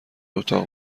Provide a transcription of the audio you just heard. اتاق